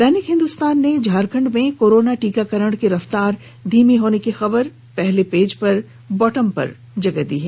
दैनिक हिन्दुस्तान ने झारखंड में कोरोना टीकाकरण की रफ्तार धीमी होने की खबर को पहले पेज पर बॉटम पर जगह दी है